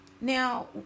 Now